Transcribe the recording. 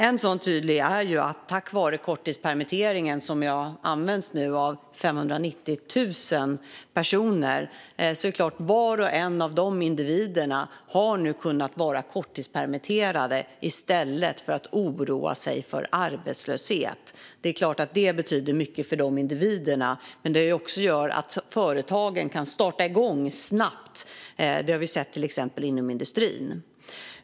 En tydlig sådan signal är att tack vare korttidspermitteringen, som nu används av 590 000 personer, har var och en av dessa individer nu kunnat vara korttidspermitterad i stället för att behöva oroa sig för arbetslöshet. Det är klart att det betyder mycket för de här individerna, men det gör också att företagen kan starta och komma igång snabbt. Det har vi sett till exempel inom industrin.